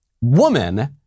woman